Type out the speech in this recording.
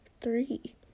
three